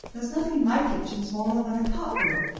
there's nothing in my kitchen smaller than a cart wheel.